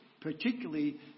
Particularly